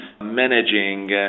managing